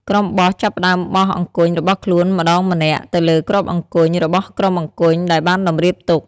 ក្រុមបោះចាប់ផ្ដើមបោះអង្គញ់របស់ខ្លួនម្ដងម្នាក់ទៅលើគ្រាប់អង្គញ់របស់ក្រុមអង្គញ់ដែលបានតម្រៀបទុក ។